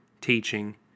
teaching